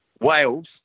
Wales